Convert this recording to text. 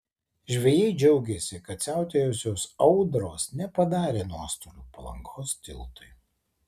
žvejai džiaugėsi kad siautėjusios audros nepadarė nuostolių palangos tiltui